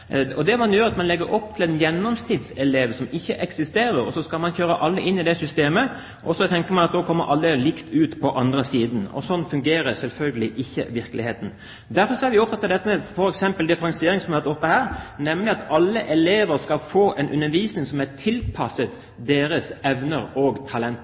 stedet kaller man det fellesskole. Det man gjør, er at man legger opp til en gjennomsnittselev som ikke eksisterer. Så kjører man alle inn i det systemet og tenker at alle vil komme likt ut på andre siden. Slik fungerer selvfølgelig ikke virkeligheten. Derfor er vi opptatt av f.eks. differensiering, som har vært tatt oppe her, nemlig at alle elever skal få en undervisning som er tilpasset deres evner og talenter.